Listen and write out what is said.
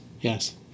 yes